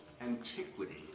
antiquity